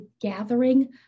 gathering